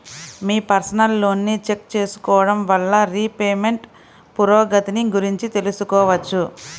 మీ personal లోన్ని check చేసుకోడం వల్ల రీపేమెంట్ పురోగతిని గురించి తెలుసుకోవచ్చు